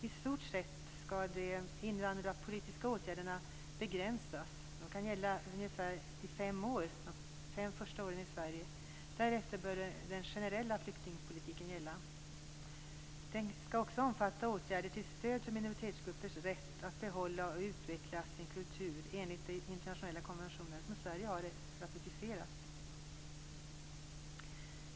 I stort sett skall de invandrarpolitiska åtgärderna begränsas. De kan gälla ungefär under de fem första åren i Sverige. Därefter bör den generella flyktingpolitiken gälla. Den skall också omfatta åtgärder till stöd för minoritetsgruppers rätt att behålla och utveckla sin kultur enligt de internationella konventioner som Sverige ratificerat.